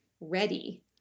ready